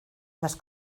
las